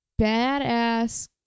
badass